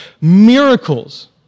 miracles